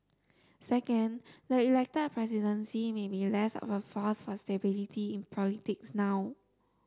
second the elected presidency may be less of a force for stability in politics now